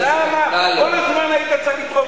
למה כל הזמן היית צריך לדחוף?